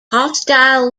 hostile